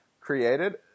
created